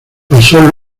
pasó